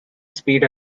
speed